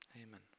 Amen